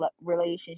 relationship